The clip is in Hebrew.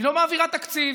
היא לא מעבירה תקציב,